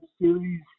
Series